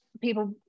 people